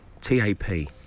T-A-P